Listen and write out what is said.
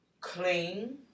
clean